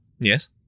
yes